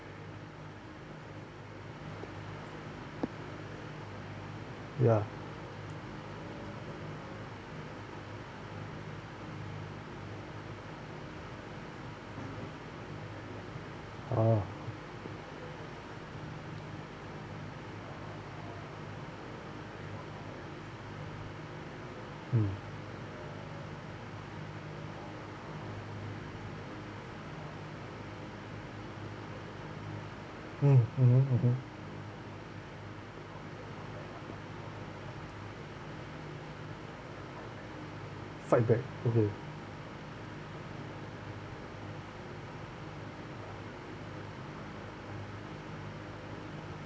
ya oh mm mm mmhmm mmhmm fight back okay